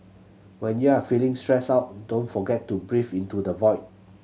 when you are feeling stressed out don't forget to breathe into the void